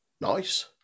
Nice